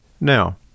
Now